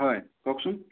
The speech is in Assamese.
হয় কওকচোন